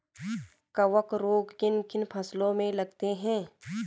कवक रोग किन किन फसलों में लगते हैं?